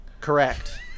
Correct